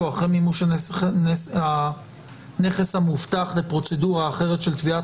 אחרי מימוש הנכס המובטח לפרוצדורה אחרת של תביעת